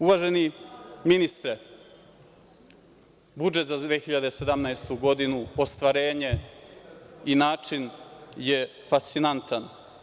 Uvaženi ministre, budžet za 2017. godinu, ostvarenje i način je fascinantan.